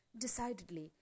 Decidedly